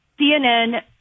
CNN